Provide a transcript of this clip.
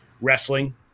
wrestling